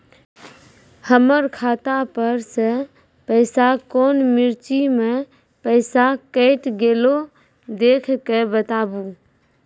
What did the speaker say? हमर खाता पर से पैसा कौन मिर्ची मे पैसा कैट गेलौ देख के बताबू?